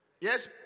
Yes